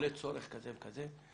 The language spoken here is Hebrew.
עולה צורך כזה וכזה.